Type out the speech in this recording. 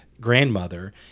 grandmother